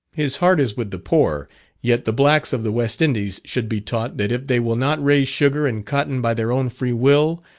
his heart is with the poor yet the blacks of the west indies should be taught, that if they will not raise sugar and cotton by their own free will,